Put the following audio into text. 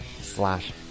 slash